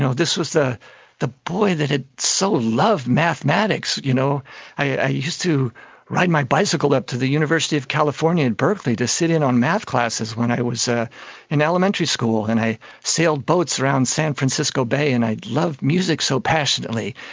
this was the the boy that had so loved mathematics. you know i used to ride my bicycle up to the university of california in berkeley to sit in on maths classes when i was ah in elementary school. and i sailed boats around san francisco bay and i'd loved music so passionately,